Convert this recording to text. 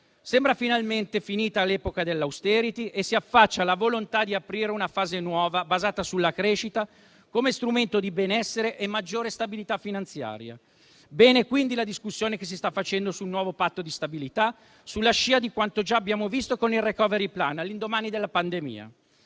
Sembra finalmente finita l'epoca dell'*austerity* e si affaccia la volontà di aprire una fase nuova, basata sulla crescita come strumento di benessere e maggiore stabilità finanziaria. Va bene quindi la discussione che si sta facendo sul nuovo Patto di stabilità, sulla scia di quanto già abbiamo visto con il *recovery plan* all'indomani della pandemia.